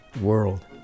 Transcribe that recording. world